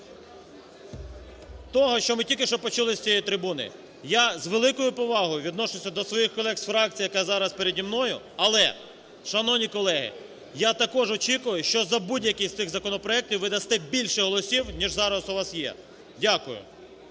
того, що ми тільки що почали з цієї трибуни. Я з великою повагою відношуся до своїх колег з фракції, яка зараз переді мною. Але, шановні колеги, я також очікую, що за будь-яких з цих законопроектів ви дасте більше голосів, ніж зараз у вас є. Дякую.